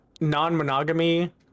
non-monogamy